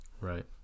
Right